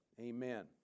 Amen